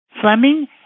Fleming